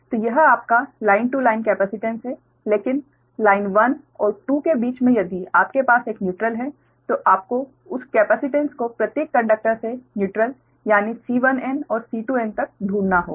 तो यह आपका लाइन टू लाइन कैपेसिटेंस है लेकिन लाइन 1 और 2 के बीच में यदि आपके पास एक न्यूट्रल है तो आपको उस कैपेसिटेंस को प्रत्येक कंडक्टर से न्यूट्रल यानी C1n और C2n तक ढूंढना होगा